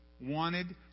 wanted